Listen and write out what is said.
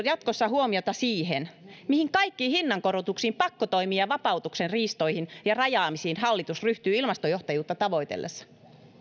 jatkossa huomiota siihen mihin kaikkiin hinnankorotuksiin pakkotoimiin ja vapauksien riistoihin ja rajaamisiin hallitus ryhtyy ilmastojohtajuutta tavoitellessaan